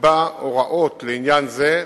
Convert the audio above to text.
יקבע הוראות לעניין זה,